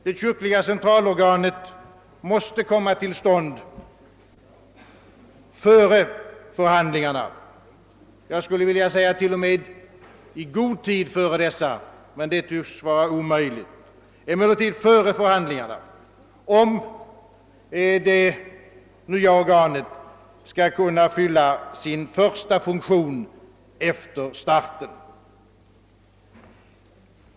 Det kyrkliga centralorganet måste komma till stånd före förhandlingarna — jag skulle vilja säga t.o.m. i god tid före dessa, men det tycks vara omöjligt — om det skall kunna fylla sin första funktion efter starten.